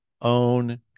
own